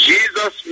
Jesus